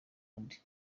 wundi